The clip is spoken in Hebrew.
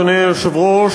אדוני היושב-ראש,